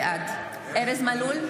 בעד ארז מלול,